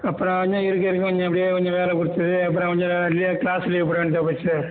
அப்புறம் இன்னும் இருக்க இருக்க கொஞ்சம் அப்படியே கொஞ்சம் வேலை கொடுத்துது அப்புறம் கொஞ்சம் அப்படியே க்ளாஸ் லீவ் போட வேண்டியதாக போச்சு சார்